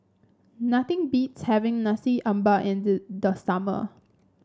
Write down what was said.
nothing beats having Nasi Ambeng in the the summer